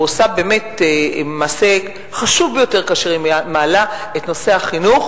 ועושה מעשה חשוב ביותר כאשר היא מעלה את נושא החינוך